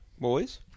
boys